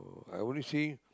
I only see